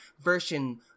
version